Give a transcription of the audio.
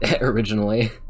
originally